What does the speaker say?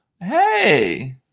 Hey